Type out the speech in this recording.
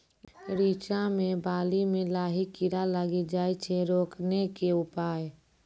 रिचा मे बाली मैं लाही कीड़ा लागी जाए छै रोकने के उपाय?